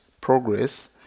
progress